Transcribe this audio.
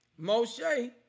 Moshe